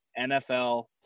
NFL